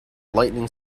lightning